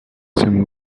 semi